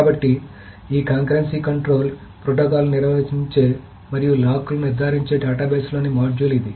కాబట్టి ఈ concurrency control ప్రోటోకాల్లను నిర్వహించే మరియు లాక్లను నిర్వహించే డేటాబేస్లోని మాడ్యూల్ ఇది